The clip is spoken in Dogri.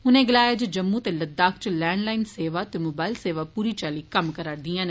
उनै गलाया जे जम्मू ते लददाख इच लैंडलाईन सेवा ते मोबाईल सेवा पूरी चाल्ली कम्म करा करदियां न